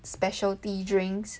specialty drinks